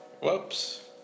Whoops